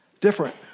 different